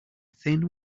thin